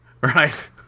Right